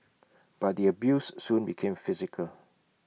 but the abuse soon became physical